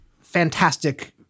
fantastic